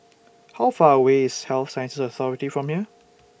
How Far away IS Health Sciences Authority from here